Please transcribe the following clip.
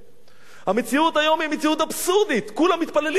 המציאות היום היא מציאות אבסורדית: כולם מתפללים חוץ מיהודים.